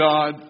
God